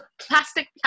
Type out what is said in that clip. plastic